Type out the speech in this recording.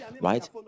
right